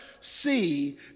see